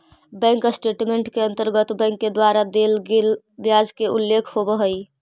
bank statement के अंतर्गत bank के द्वारा देल गेल ब्याज के उल्लेख होवऽ हइ